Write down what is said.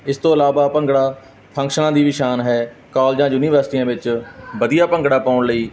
ਇਸ ਤੋਂ ਇਲਾਵਾ ਭੰਗੜਾ ਫੰਕਸ਼ਨਾਂ ਦੀ ਵੀ ਸ਼ਾਨ ਹੈ ਕਾਲਜਾਂ ਯੂਨੀਵਰਸਿਟੀਆਂ ਵਿੱਚ ਵਧੀਆ ਭੰਗੜਾ ਪਾਉਣ ਲਈ